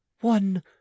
one